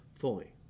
fully